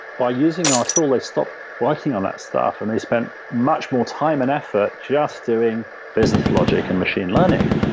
by using our tool, they stopped working on that stuff and they spent much more time and effort just doing business logic and machine learning.